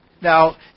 Now